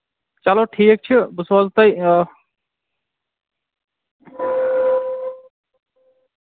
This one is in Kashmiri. چلو ٹھیٖک چھُ بہٕ سوزٕ تۄہہِ آ